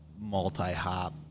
multi-hop